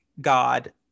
god